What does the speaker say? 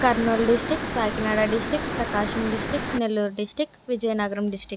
Kurnool district Kakinada district Prakasam district Nellore district Vizianagaram district